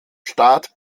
staat